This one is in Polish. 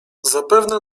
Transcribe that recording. zapewne